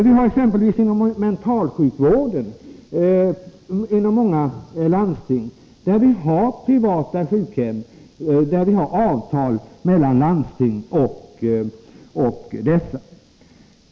När det gäller t.ex. mentalsjukvård har vi i många län privata sjukhem, varvid det föreligger avtal mellan landstinget och dessa.